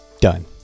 Done